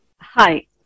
Hi